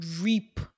reap